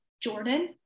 Jordan